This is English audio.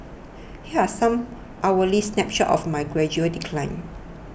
here are some hourly snapshots of my gradual decline